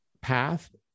path